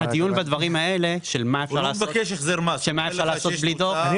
הדיון בדברים האלה של מה אפשר לעשות בלי דוח --- הוא לא מבקש החזר מס.